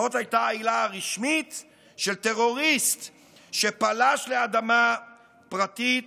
זאת הייתה העילה הרשמית של טרוריסט שפלש לאדמה פרטית